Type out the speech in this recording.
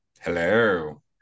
Hello